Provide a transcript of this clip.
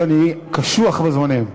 שאני קשוח בזמנים.